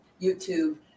youtube